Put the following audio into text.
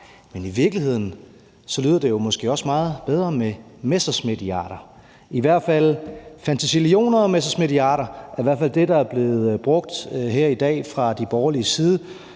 men i virkeligheden lyder det måske også meget bedre med messerschmidtiarder. Fantasillioner og messerschmidtiarder er i hvert fald det, der er blevet brugt her i dag fra de borgerliges side.